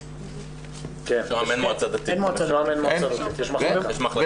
בשוהם אין מועצה דתית, יש מחלקה.